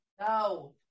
No